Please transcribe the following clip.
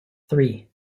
three